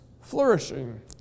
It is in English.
flourishing